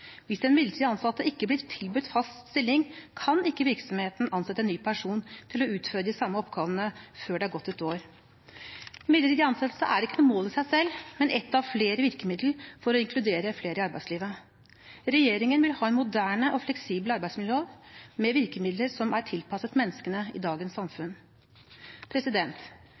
Hvis den midlertidig ansatte ikke blir tilbudt fast stilling, kan ikke virksomheten ansette en ny person til å utføre de samme oppgavene før det har gått ett år. Midlertidig ansettelse er ikke noe mål i seg selv, men et av flere virkemidler for å inkludere flere i arbeidslivet. Regjeringen vil ha en moderne og fleksibel arbeidsmiljølov med virkemidler som er tilpasset menneskene i dagens